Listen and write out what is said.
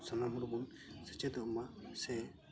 ᱥᱟᱱᱟᱢ ᱦᱚᱲ ᱵᱚᱱ ᱥᱮᱪᱮᱫᱚᱜ ᱢᱟ ᱥᱮ